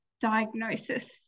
diagnosis